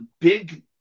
big